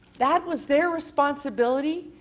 that was their responsibility.